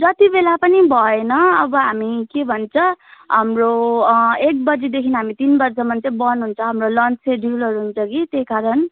जति बेला पनि भएन अब हामी के भन्छ हाम्रो एक बजीदेखि हामी तिनबजीसम्म चाहिँ बन्द हुन्छ हाम्रो लन्च सेड्युलहरू हुन्छ कि त्यही कारण